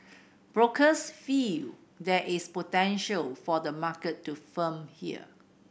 brokers feel there is potential for the market to firm here